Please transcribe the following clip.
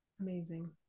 Amazing